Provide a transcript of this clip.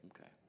Okay